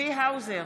צבי האוזר,